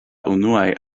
unuaj